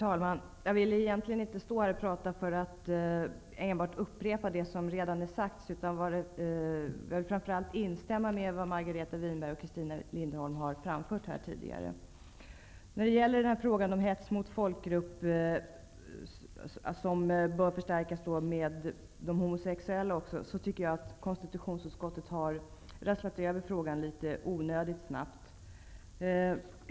Herr talman! Egentligen vill jag inte stå här och enbart upprepa det som redan har sagts, utan jag vill framför allt instämma i det som Margareta Winberg och Christina Linderholm här tidigare har framfört. När det gäller frågan om hets mot folkgrupp -- och här bör det ske en förstärkning, så att det också gäller de homosexuella -- tycker jag att konstitutionsutskottet har ''rasslat över'' detta litet onödigt snabbt.